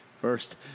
First